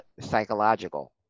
psychological